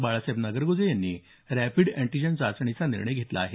बाळासाहेब नागरगोजे यांनी rapid antigen चाचणीचा निर्णय घेतला होता